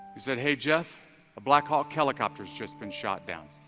he said hey jeff a blackhawk, helicopters just been shot down,